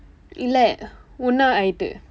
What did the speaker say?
இல்லை ஒண்ணா ஆகிட்டு:illai onnaa aakitdu